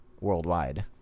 worldwide